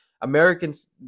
Americans